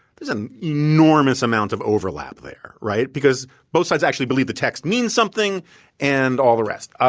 there's an enormous amount of overlap there, right? because both sides actually believe the text means something and all the rest.